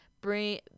Bring